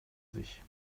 sich